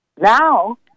Now